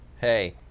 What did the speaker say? Hey